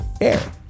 air